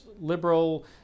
liberal